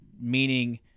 meaning –